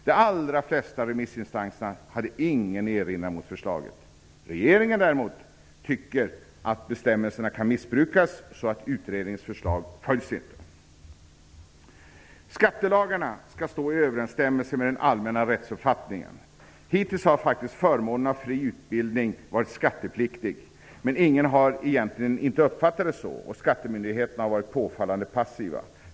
De allra flesta remissinstanserna hade ingen erinran mot förslaget. Regeringen däremot tycker att bestämmelserna kan missbrukas och därför följs inte utredningens förslag. Skattelagarna skall stå i överensstämmelse med den allmänna rättsuppfattningen. Hittills har faktiskt förmånen av fri utbildning varit skattepliktig, men ingen har egentligen uppfattat det så. Skattemyndigheterna har varit påfallande passiva.